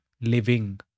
living